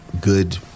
good